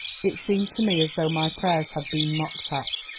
it seemed to me as though my prayers had been mocked at,